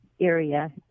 area